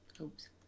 Oops